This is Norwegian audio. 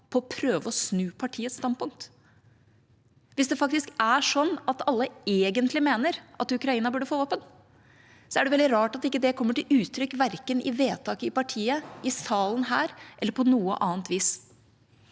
på å prøve å snu partiets standpunkt. Hvis det faktisk er sånn at alle egentlig mener at Ukraina burde få våpen, er det veldig rart at det ikke kommer til uttrykk verken i vedtak i partiet, i salen her eller på noe annet vis.